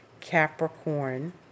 Capricorn